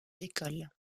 décolle